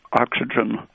oxygen